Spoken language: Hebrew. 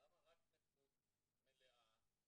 למה רק נכות מלאה,